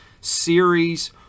series